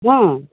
अँ